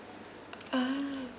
ah